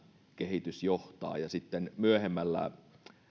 kehitys johtaa ja sitten